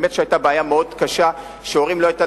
ובאמת היתה בעיה מאוד קשה שהורים לא היתה